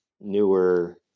newer